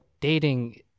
dating